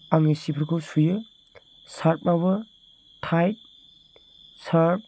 आंनि सिफोरखौ सुयो सार्फबाबो थाइद सार्फ